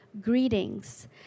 Greetings